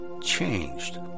changed